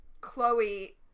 Chloe